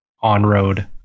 on-road